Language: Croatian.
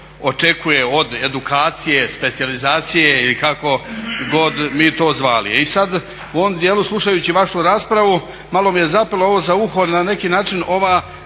očekuje od edukacije, specijalizacije ili kako god mi to nazvali. I sad u ovom dijelu slušajući vašu raspravu malo mi je zapelo ovo za uho na neki način ova